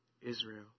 Israel